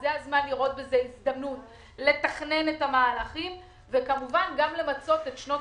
זה הזמן לראותך בזה הזדמנות לתכנן את המהלכים וכמובן גם למצות את שנות